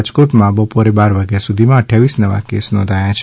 રાજકોટમાં બપોરે બાર વાગ્યા સુધીમાં અઠાવીસ નવા કેસ નોંધાયા છે